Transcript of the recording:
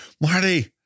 Marty